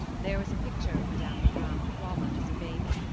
there was a picture of madame lebrun with robert as a baby,